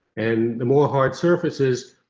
and the more hard surfaces,